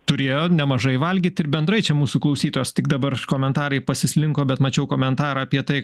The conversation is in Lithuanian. turėjo nemažai valgyt ir bendrai čia mūsų klausytojas tik dabar komentarai pasislinko bet mačiau komentarą apie tai